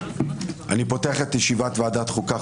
אני פותח את ישיבת ועדת החוקה,